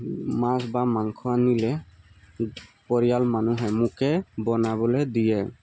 মাছ বা মাংস আনিলে পৰিয়াল মানুহে মোকে বনাবলৈ দিয়ে